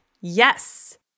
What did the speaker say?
yes